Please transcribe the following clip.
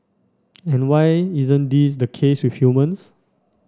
and why isn't this the case with humans